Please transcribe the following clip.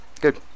Good